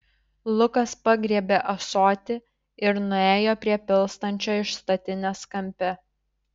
lukas pagriebė ąsotį ir nuėjo prie pilstančio iš statinės kampe